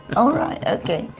oh right. ok.